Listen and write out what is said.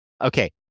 Okay